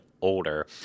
older